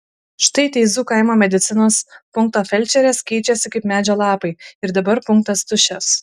štai teizų kaimo medicinos punkto felčerės keičiasi kaip medžio lapai ir dabar punktas tuščias